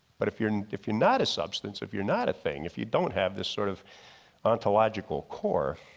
but if you're and if you're not a substance, if you're not a thing if you don't have this sort of ontological core,